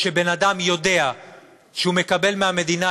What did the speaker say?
כשבן-אדם יודע שהוא מקבל מהמדינה,